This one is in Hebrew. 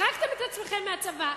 החרגתם את עצמכם מהצבא,